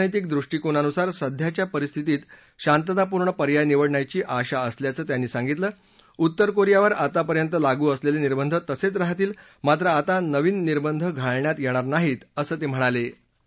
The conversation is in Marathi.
आपल्या राजनैतिक दृष्टीकोनानुसार सध्याच्या परिस्थितीत शांततापूर्ण पर्याय निवडण्याची आशा असल्याचं त्यांनी सांगितलं उत्तर कोरियावर आतापर्यंत लागू असलेले निर्बंध तसेच राहतील मात्र आता नवीन निर्बंध घालण्यात येणार नाहीत असं ते म्हणाले